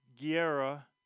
Guerra